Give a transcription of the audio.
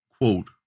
Quote